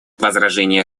возражения